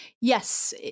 yes